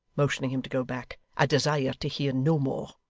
motioning him to go back. i desire to hear no more